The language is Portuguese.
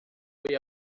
foi